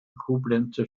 koblenzer